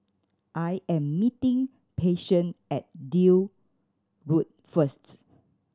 I am meeting Patience at Deal Road first